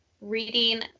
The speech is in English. reading